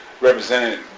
represented